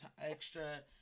extra